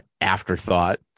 Afterthought